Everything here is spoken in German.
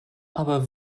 aber